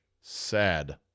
sad